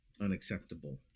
unacceptable